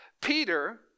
Peter